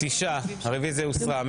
הרביזיה הוסרה.